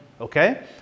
Okay